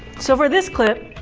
so for this clip,